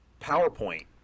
PowerPoint